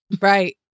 Right